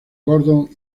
gordon